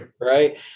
Right